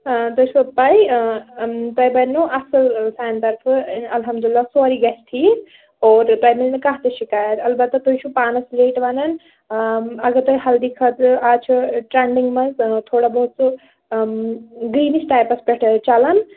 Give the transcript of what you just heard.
تۄہہِ چھُوا پَے تۄہہِ بَنہِ نو اَصٕل سانہِ طرفہٕ الحمدُاللہ سُورٕے گژھِ ٹھیٖک اور تۄہہِ مِلنہٕ کانٛہہ تہِ شِکایَت اَلبتہ تُہۍ چھُو پانَس رِلیٹ وَنان اَگر تۄہہِ ہَلدی خٲطرٕ آز چھِ ٹرٛٮ۪نٛڈِگ منٛز تھوڑا بہت سُہ گرٛیٖنِش ٹایپَس پٮ۪ٹھَے چلان